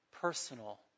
personal